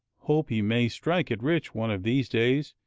hope he may strike it rich one of these days,